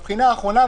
בבחינה האחרונה,